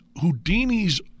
Houdini's